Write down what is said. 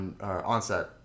onset